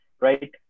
right